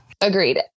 Agreed